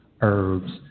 herbs